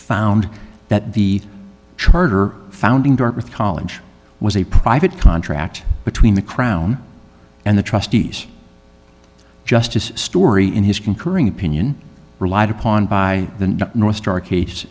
found that the charter founding dartmouth college was a private contract between the crown and the trustees justice story in his concurring opinion relied upon by the north star case